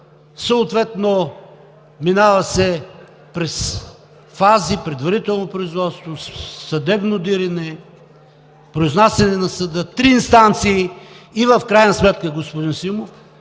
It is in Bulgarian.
Съответно минава се през фази – предварително производство, съдебно дирене, произнасяне на съда, три инстанции. И в крайна сметка, господин Симов,